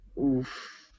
Oof